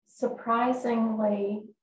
surprisingly